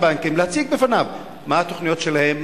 בנקים להציג בפניו מה התוכניות שלהם,